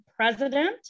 president